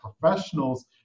professionals